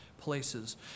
places